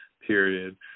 period